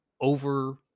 over